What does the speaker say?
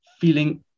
feeling